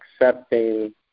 accepting